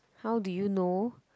how do you know